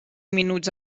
minuts